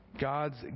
God's